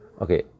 Okay